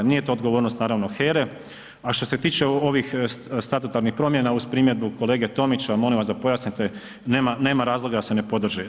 Nije to odgovornost naravno HERA-e a što se tiče ovih statutarnih promjena uz primjedbu kolege Tomića, molim vas da pojasnite, nema razloga da se ne podrži.